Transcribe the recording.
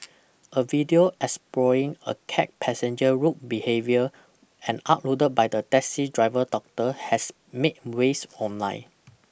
a video exposing a cab passenger's rude behaviour and uploaded by the taxi driver daughter has made waves online